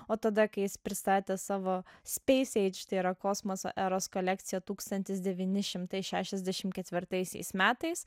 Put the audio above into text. o tada kai jis pristatė savo space age tai yra kosmoso eros kolekciją tūkstantis devyni šimtai šešiasdešim ketvirtaisiais metais